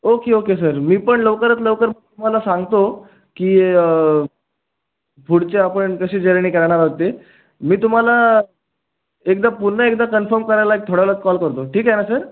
okay okay sir मी पण लवकरात लवकर तुम्हाला सांगतो की पुढचे आपण कशी जर्नी करणार आहोत ते मी तुम्हाला एकदा पुन्हा एकदा कन्फम करायला एक थोड्या वेळात कॉल करतो ठीक आहे ना सर